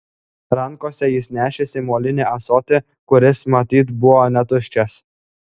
rankose jis nešėsi molinį ąsotį kuris matyt buvo netuščias